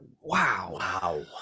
wow